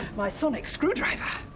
my sonic screwdriver.